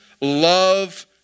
love